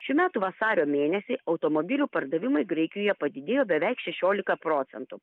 šių metų vasario mėnesį automobilių pardavimai graikijoje padidėjo beveik šešiolika procentų